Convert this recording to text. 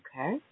Okay